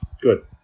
Good